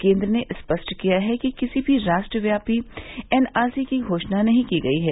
केन्द्र ने स्पष्ट किया है कि किसी भी राष्ट्रव्यापी एनआरसी की घोषणा नहीं की गई है